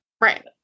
right